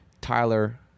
Tyler